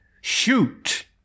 shoot